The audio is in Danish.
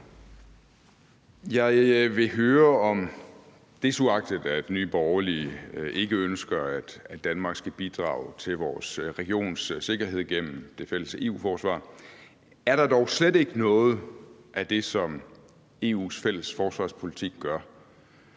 Jeg vil høre, desuagtet at Nye Borgerlige ikke ønsker, at Danmark skal bidrage til vores regions sikkerhed gennem det fælles EU-forsvar, om der dog slet ikke er noget af det, som EU's fælles forsvarspolitik gør,